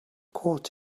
caught